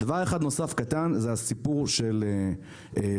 דבר אחד נוסף קטן, זה הסיפור של סטודנטים.